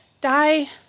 die